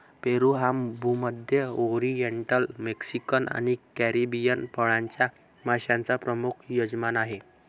पेरू हा भूमध्य, oriental, Mexican आणि कॅरिबियन फळांच्या माश्यांचा प्रमुख यजमान आहे